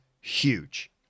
huge